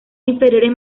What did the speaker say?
inferiores